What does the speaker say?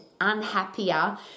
unhappier